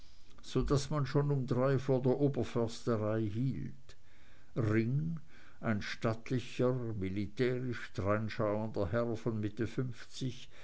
so daß man schon um drei vor der oberförsterei hielt ring ein stattlicher militärisch dreinschauender herr von mitte fünfzig